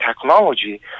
technology